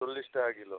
চল্লিশ টাকা কিলো